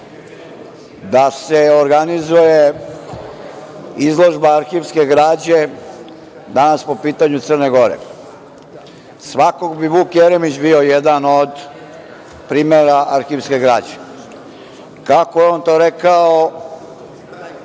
da se organizuje izložba arhivske građe danas po pitanju Crne Gore, svakako bi Vuk Jeremić bio jedan od primera arhivske građe. Kako je on to rekao